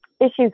issues